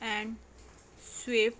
and swift